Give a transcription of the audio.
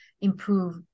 improve